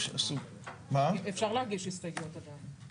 אפשר להגיש הסתייגויות עדיין.